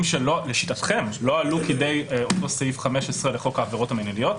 שלשיטתם לא עלו כדי סעיף 15 לחוק העבירות המינהליות,